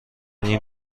این